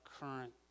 current